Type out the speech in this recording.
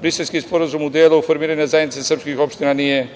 Briselski sporazum u delu formiranja zajednica srpskih opština nije